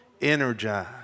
energize